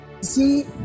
See